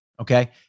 Okay